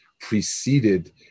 preceded